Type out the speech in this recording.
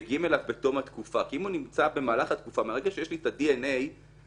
שמגלים הזדהות עם ארגון טרור ונותן שירות לשם הכנה,